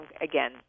Again